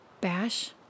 Bash